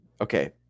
Okay